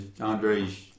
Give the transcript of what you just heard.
Andre's